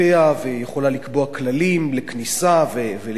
והיא יכולה לקבוע כללים לכניסה וליציאה,